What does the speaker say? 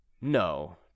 No